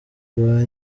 gaz